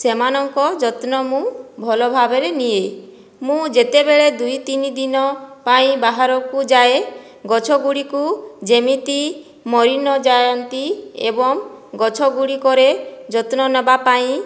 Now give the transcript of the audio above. ସେମାନଙ୍କ ଯତ୍ନ ମୁଁ ଭଲ ଭାବରେ ନିଏ ମୁଁ ଯେତେବେଳେ ଦୁଇ ତିନିଦିନ ପାଇଁ ବାହାରକୁ ଯାଏ ଗଛ ଗୁଡ଼ିକୁ ଯେମିତି ମରିନଯାଆନ୍ତି ଏବଂ ଗଛ ଗୁଡ଼ିକରେ ଯତ୍ନ ନେବାପାଇଁ